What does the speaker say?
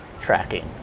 tracking